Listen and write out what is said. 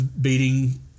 beating